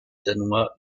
danois